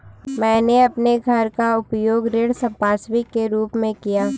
मैंने अपने घर का उपयोग ऋण संपार्श्विक के रूप में किया है